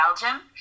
Belgium